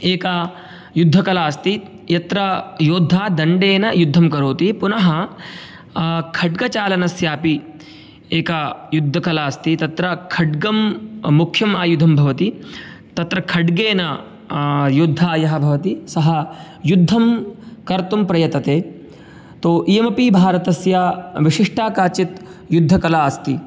एका युद्धकला अस्ति यत्र योद्धा दण्डेन युद्धं करोति पुनः खड्गचालनस्यापि एका युद्धकला अस्ति तत्र खड्गं मुख्यम् आयुधं भवति तत्र खड्गेन योद्धा यः भवति सः युद्धं कर्तुं प्रयतते तो इयम् अपि भारतस्य विशिष्टा काचित् युद्धकला अस्ति